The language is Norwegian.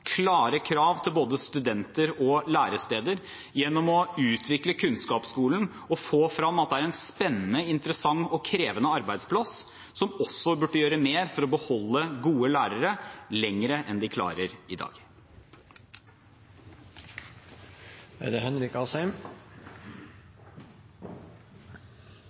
klare krav til både studenter og læresteder, gjennom å utvikle kunnskapsskolen og gjennom å få frem at det er en spennende, interessant og krevende arbeidsplass, som også burde gjøre mer for å beholde gode lærere lenger enn de klarer i dag.